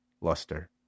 luster